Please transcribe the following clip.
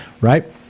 Right